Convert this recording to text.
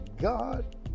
God